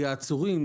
היו עצורים,